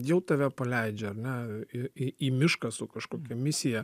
jau tave paleidžia ar ne į į į mišką su kažkokia misija